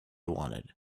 wanted